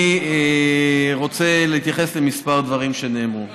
ואני רוצה להתייחס לכמה דברים שנאמרו.